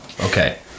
Okay